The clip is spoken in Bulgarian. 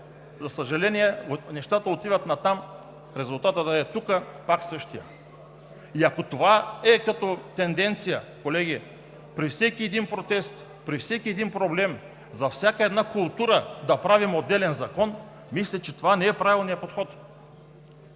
За съжаление, нещата отиват натам – резултатът и тук да е същият! И ако това е като тенденция, колеги, при всеки един протест, при всеки един проблем, за всяка една култура да правим отделен закон – мисля, че това не е правилният подход.